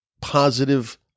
positive